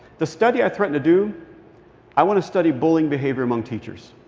the study i threaten to do i want to study bullying behavior among teachers.